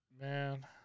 Man